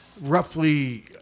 roughly